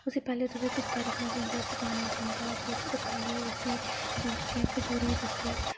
उस्सी पैह्ले तुसें धुप्पा रक्खना पौंदा फिर सकाना पौंदा सकाइये उस्सी जियां खजूरे तुसे